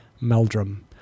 Meldrum